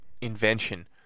invention